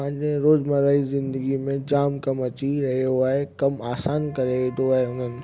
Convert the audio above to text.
पंहिंजे रोज़मरह जी ज़िन्दगीअ में जाम कमु अची रहियो आहे कमु आसान करे वठो आहे हुननि